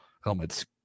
helmets